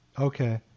Okay